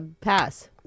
pass